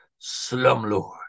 Slumlord